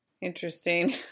Interesting